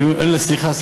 סליחה,